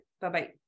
bye-bye